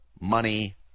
money